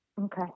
Okay